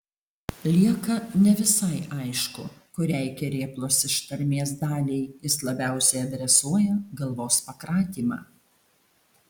lieka ne visai aišku kuriai kerėplos ištarmės daliai jis labiausiai adresuoja galvos pakratymą